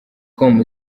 com